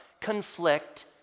conflict